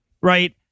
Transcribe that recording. Right